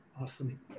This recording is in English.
Awesome